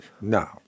no